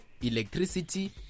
electricity